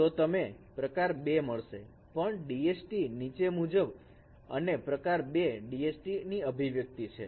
તો તમે પ્રકાર 2 મળશે પણ DST નીચે મુજબ છે અને પ્રકાર 2 માટે DST અભિવ્યક્તિ છે